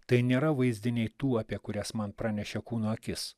tai nėra vaizdiniai tų apie kurias man pranešė kūno akis